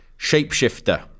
Shapeshifter